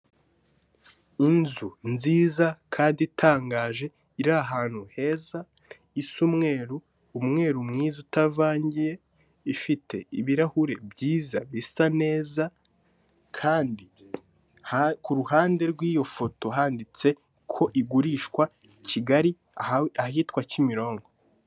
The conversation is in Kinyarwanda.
Inzu nziza kandi itangaje iri ahantu heza, isa umweru, umweru mwiza utavangiye, ifite ibirahuri byiza bisa neza kandi ku ruhande rwiyo foto handitse ko igurishwa Kigali ahitwa Kimironko.